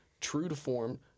true-to-form